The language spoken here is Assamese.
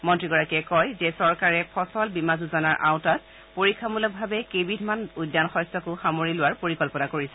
মন্ত্ৰীগৰাকীয়ে কয় যে চৰকাৰে ফচল বীমা যোজনাৰ আওতাত পৰীক্ষামূলকভাৱে কেইবিধমান উদ্যান শস্যকো সামৰি লোৱাৰ পৰিকল্পনা কৰিছে